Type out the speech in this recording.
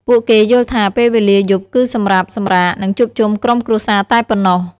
ពួកគេយល់ថា ពេលវេលាយប់គឺសម្រាប់សម្រាក និងជួបជុំក្រុមគ្រួសារតែប៉ុណ្ណោះ។